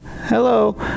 Hello